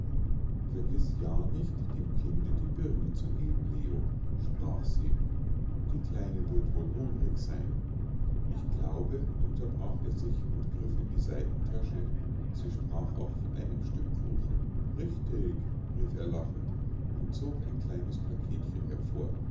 vergiß ja nicht dem kinde die birnen zu geben leo sprach sie die kleine wird wohl hungrig sein ich glaube unterbrach er sich und griff in die seitentasche sie sprach auch von einem stück kuchen richtig rief er lachend und zog ein kleines paketchen hervor